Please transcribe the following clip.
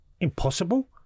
impossible